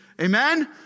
Amen